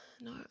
No